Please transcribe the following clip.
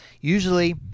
Usually